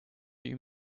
you